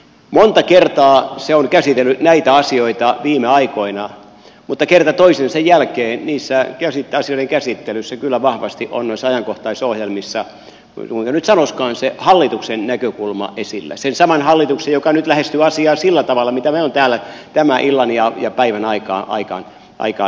monta kertaa se on käsitellyt näitä asioita viime aikoina mutta kerta toisensa jälkeen niiden asioiden käsittelyssä kyllä vahvasti on noissa ajankohtaisohjelmissa kuinka nyt sanoisikaan se hallituksen näkökulma esillä sen saman hallituksen joka nyt lähestyy asiaa sillä tavalla mitä me olemme täällä tämän illan ja päivän aikaan läpikäyneet